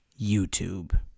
YouTube